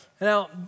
now